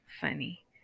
funny